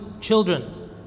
children